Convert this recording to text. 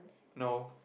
no